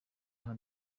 nka